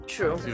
True